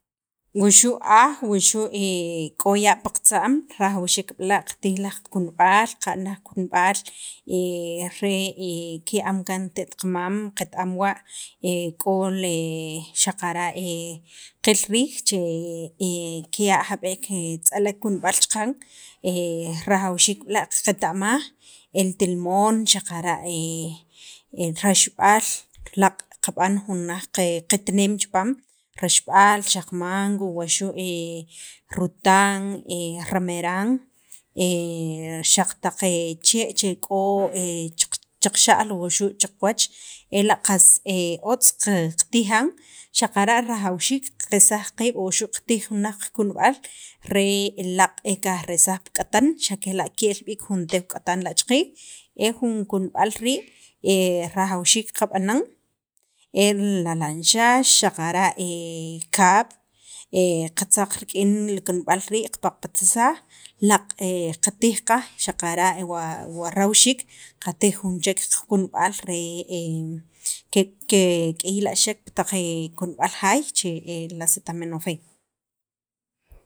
wuxu' aj wuxu' k'o ya pi qatza'm rajawxiik b'la' qatij laj qakunb'al qa'n laj qakunb'al re kiya'am kaan te't qamam qet- am wa k'o le xaqara' qil riij che kiya' jab'ek tz'alek kunub'al chaqan rajawxiik b'la' qaqeta'maj el tilmoon xaqara' raxb'al laaq' qab'an jun laj qitneem chi paam raxb'al xaq mango wuxu' rutan rameran xaq taq chee' che k'o chaq chaqaxa'l wuxu' chaqawach ela' qas otz qatijan xaqara' rajawxiik qaqelsaj qiib' wuxu' qatij jun laj qakunb'al re laaq' qajresaj pi k'atan xa' kela' ke'el b'iik jun tew k'atan la' cha qiij jun kunub'al rii' rajawxiik qab'anan el alanxax xaqara' kab' qatzaq rik'in lu kunb'al rii' qapaq'patsaj laaq' qatij qaj xaqara' wa rajawxiik qatij jun chek qakunb'al re kek'iylaxek pi kunb'al jaay li acetaminofen.